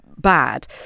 bad